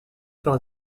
par